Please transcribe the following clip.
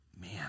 Man